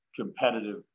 competitive